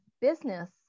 business